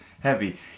heavy